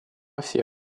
всей